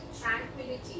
tranquility